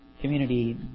community